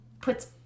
puts